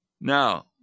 Now